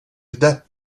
jde